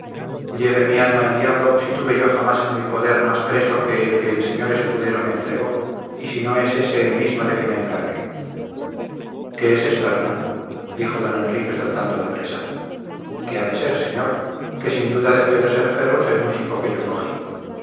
lleve mi alma el diablo si tuve yo jamás en mi poder más preso que el que el señor escudero me entregó y si no es ése el mismo de que me encargué qué es esto hernán dijo don enrique soltando la presa qué ha de ser señor que sin duda debió de ser ferrus el músico que yo cogí